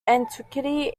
antiquity